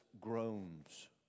groans